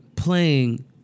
playing